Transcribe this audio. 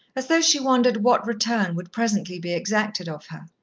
as though she wondered what return would presently be exacted of her.